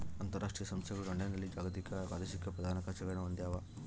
ಅಂತರಾಷ್ಟ್ರೀಯ ಸಂಸ್ಥೆಗಳು ಲಂಡನ್ನಲ್ಲಿ ಜಾಗತಿಕ ಅಥವಾ ಪ್ರಾದೇಶಿಕ ಪ್ರಧಾನ ಕಛೇರಿಗಳನ್ನು ಹೊಂದ್ಯಾವ